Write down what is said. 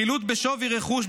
חילוט בשווי רכוש,